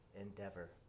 endeavor